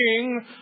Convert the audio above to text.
king